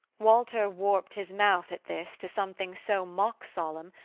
walter warped his mouth at this to something so mock-solemn,